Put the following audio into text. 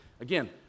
again